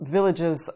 Villages